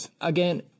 again